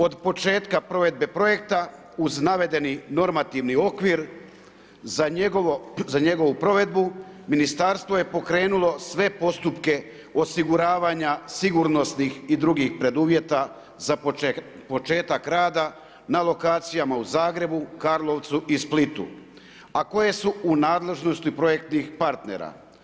Od početka provedbe projekta uz navedeni normativni okvir za njegovu provedbu ministarstvo je pokrenulo sve postupke osiguravanja sigurnosnih i drugih preduvjeta za početak rada na lokacijama u Zagrebu, Karlovcu i Splitu a koje su u nadležnosti projektnih partnera.